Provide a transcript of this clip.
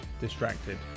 distracted